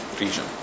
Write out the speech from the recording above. region